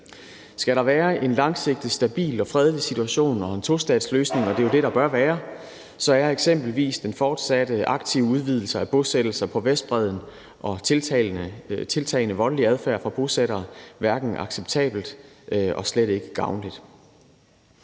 Skal der være en langsigtet, stabil og fredelig situation og en tostatsløsning – og det er jo det, der bør være – er eksempelvis den fortsatte, aktive udvidelse af bosættelser på Vestbredden og tiltagende voldelig adfærd fra bosættere hverken acceptable eller gavnlige.